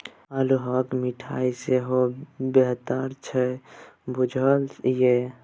अल्हुआक मिठाई सेहो बनैत छै बुझल ये?